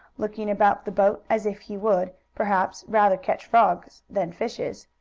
looking about the boat, as if he would, perhaps, rather catch frogs than fishes.